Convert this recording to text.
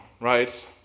right